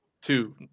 two